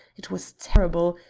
it was terrible.